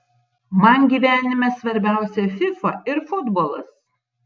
man gyvenime svarbiausia fifa ir futbolas